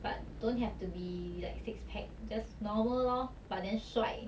but don't have to be like six pack just normal lor but then 帅